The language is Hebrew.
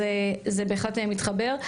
אז זה בהחלט מתחבר.